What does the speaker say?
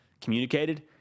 communicated